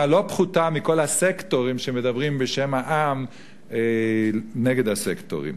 לא פחותה מכל הסקטורים שמדברים בשם העם נגד הסקטורים.